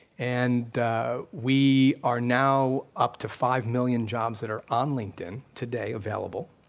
and we are now up to five million jobs that are on linkedin today available.